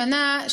השנה,